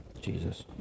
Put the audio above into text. Jesus